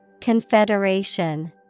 Confederation